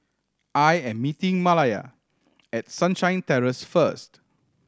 I am meeting Malaya at Sunshine Terrace first